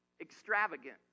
extravagant